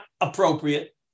appropriate